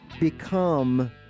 become